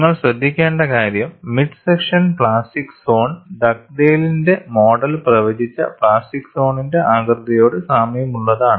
നിങ്ങൾ ശ്രദ്ധിക്കേണ്ട കാര്യം മിഡ് സെക്ഷൻ പ്ലാസ്റ്റിക് സോൺ ഡഗ്ഡെയ്ലിന്റെ മോഡൽ പ്രവചിച്ച പ്ലാസ്റ്റിക് സോണിന്റെ ആകൃതിയോട് സാമ്യമുള്ളതാണ്